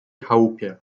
chałupie